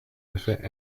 effet